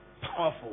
Powerful